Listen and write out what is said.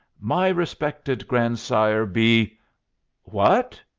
my respected grandsire be what?